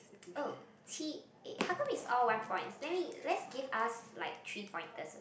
oh eh how come is all one points let me let's give us like three pointers